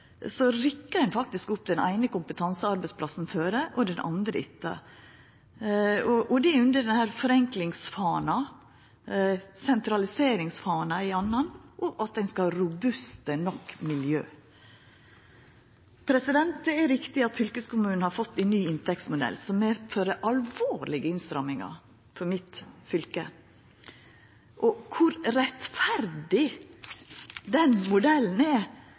ein faktisk opp med rota den eine kompetansearbeidsplassen etter den andre – og det under denne forenklingsfana, sentraliseringsfana gjerne, og at ein skal ha robuste nok miljø. Det er riktig at fylkeskommunen har fått ein ny inntektsmodell som medfører alvorlege innstrammingar i mitt fylke, og kor rettferdig den modellen er,